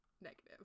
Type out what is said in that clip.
negative